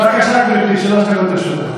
בבקשה, גברתי, שלוש דקות לרשותך.